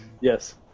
Yes